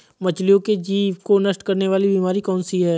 मछलियों के जीभ को नष्ट करने वाली बीमारी कौन सी है?